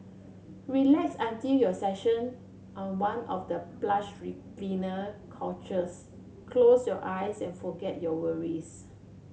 relax until your session on one of the plush recliner couches close your eyes and forget your worries